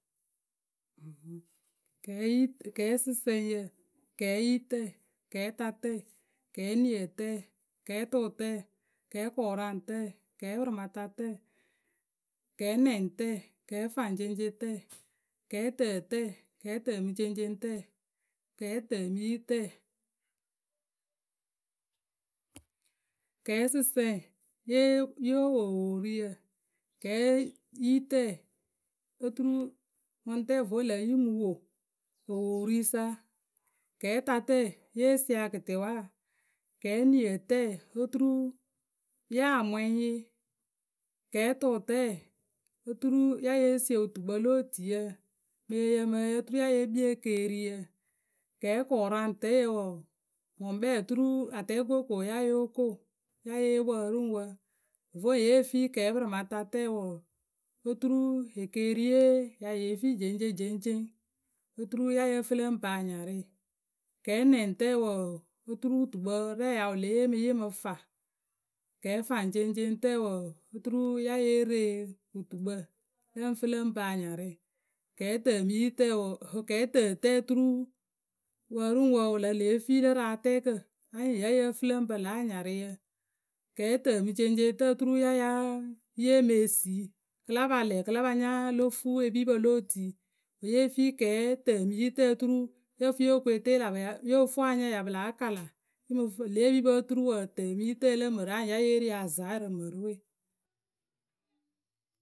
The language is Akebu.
Kɛɛsɨsǝŋyǝ. kɛɛyitǝ, kɛɛtatǝ, kɛɛniǝtǝyǝ, kɛɛtʊtǝ, kɛɛkʊraŋtǝ, kɛɛpǝrɩmatatǝ. kɛɛnɛŋtǝ, kɛɛfaŋceŋceŋtǝ, kɛɛtǝtǝ, kɛɛtǝ mǝ ceŋceŋttǝ, kɛɛtǝmǝyitǝ Kɛɛsɨsǝŋ yo wo owooruyǝ, kɛɛyitǝ. oturu ŋʊŋtɛ vo lǝ pǝ yǝ mǝ wo, owooruyǝ sa, kɛɛtetǝ ye sie a kɨtɩwaa, kɛɛniǝtǝ oturu yah mwɛŋ yǝ, kɛɛtʊtǝ oturu ya ye sie wutukpǝ lo otuiyǝ mǝ ǝyǝ mɨ ǝyǝ oturu ya ye kpii ekeeriyǝ. Kɛɛkʊraŋtǝ wɔɔ, wǝ ŋkpɛ oturu atɛɛkǝwe ko wǝ́ ya yo ko, ya ye yee wǝ ri ŋ wǝ. Voŋ ye fii kɛɛpǝrɩmatatǝ wǝǝ, oturu ekeeriye ya ye fii jeŋcejɛŋce oturu ya yǝ fǝ lǝ ŋ pǝ anyarɩ, Kɛɛnɛŋtǝ wǝǝ, oturu wutukpǝ rɛ wǝ ya lée ye mǝ yǝ ŋ mǝ fa kɛɛfaŋceŋceŋtǝ wǝǝ oturu ya ye re wutukpǝ lǝ ŋ fǝ lǝ ŋ pǝ anyarɩ kɛɛtǝtǝ wǝǝ, oturu wǝ rǝ ŋ wǝ wǝ le lée fii lǝ rǝ atɛɛkǝ anyɩŋ ya yǝ fǝ lǝ ŋ pǝ lǎ anyarɩyǝ kɛɛtǝmǝceŋceŋtǝ oturu ya ya ye mǝ esi kɨ la pa lɛ kɨ la pa nya lo fuu epipǝ lo otui. Wǝ́ ye fii kɛɛtǝmǝyitǝ oturu yǝ fǝ yo ku eteelapǝ yo fuu anyaŋ pǝ ya láa kala lě epipǝ oturu wǝǝ tǝ mǝ yitǝyǝ anyɩŋ ya ye ri azaŋ rǝ mǝrǝwe.